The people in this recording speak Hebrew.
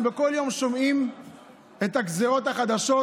בכל יום אנחנו שומעים על הגזרות החדשות